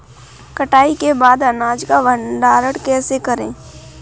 कटाई के बाद अनाज का भंडारण कैसे करें?